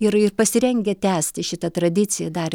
ir ir pasirengę tęsti šitą tradiciją dar